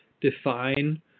define